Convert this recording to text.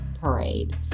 Parade